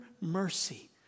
mercy